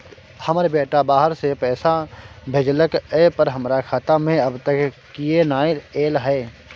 हमर बेटा बाहर से पैसा भेजलक एय पर हमरा खाता में अब तक किये नाय ऐल है?